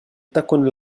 تكن